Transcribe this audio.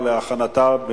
התש"ע 2009,